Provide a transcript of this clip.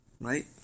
right